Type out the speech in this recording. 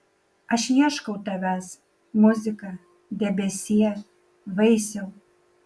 aš ieškau tavęs muzika debesie vaisiau